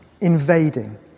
invading